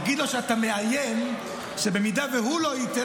תגיד לו שאתה מאיים שבמידה שהוא לא ייתן,